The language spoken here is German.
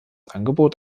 angebot